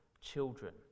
children